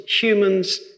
humans